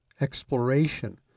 exploration